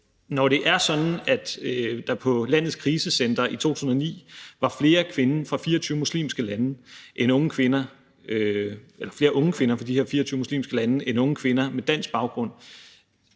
Når det er sådan, at der på landets krisecentre i 2009 var flere unge kvinder fra 24 muslimske lande end unge kvinder med dansk baggrund,